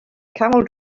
camel